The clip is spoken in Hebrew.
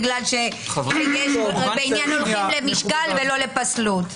בגלל שבעניין הולכים למשקל ולא לפסלות.